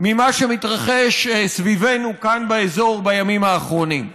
ממה שמתרחש סביבנו כאן באזור בימים האחרונים.